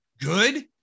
good